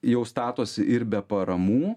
jau statosi ir be paramų